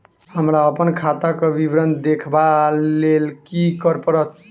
हमरा अप्पन खाताक विवरण देखबा लेल की करऽ पड़त?